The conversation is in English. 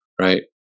right